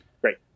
Great